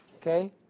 Okay